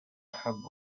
أحب